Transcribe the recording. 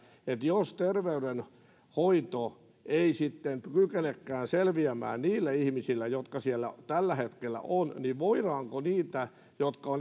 jos terveydenhoito ei sitten kykenekään selviämään niillä ihmisillä jotka siellä tällä hetkellä ovat voidaanko niiden jotka ovat